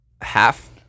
half